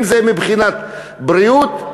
אם מבחינת בריאות,